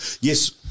yes